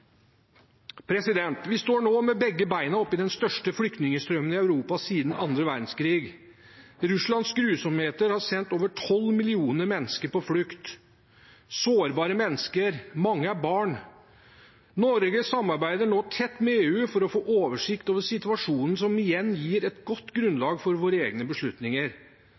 Vi står nå med begge bena oppe i den største flyktningstrømmen i Europa siden annen verdenskrig. Russlands grusomheter har sendt over 12 millioner mennesker på flukt, sårbare mennesker, mange er barn. Norge samarbeider nå tett med EU for å få oversikt over situasjonen, som igjen gir et godt grunnlag for våre egne beslutninger.